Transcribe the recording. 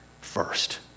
first